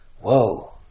Whoa